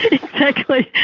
exactly!